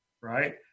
Right